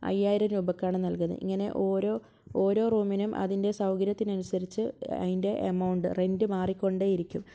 അയ്യായിരം രൂപയ്ക്കാണ് നൽകുന്നത് ഇങ്ങനെ ഓരോ ഓരോ റൂമിനും അതിൻ്റെ സൗകര്യത്തിന് അനുസരിച്ച് അതിൻ്റെ അമൗണ്ട് റെൻറ്റ് മാറിക്കൊണ്ടേ ഇരിക്കും